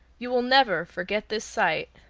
you will never forget the sight.